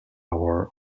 our